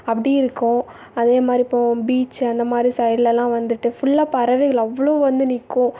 அப்படி இருக்கும் அதேமாதிரி இப்போது பீச் அந்தமாதிரி சைட்லெல்லாம் வந்துட்டு ஃபுல்லாக பறவைகள் அவ்வளோ வந்து நிற்கும்